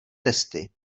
testy